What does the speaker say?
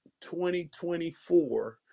2024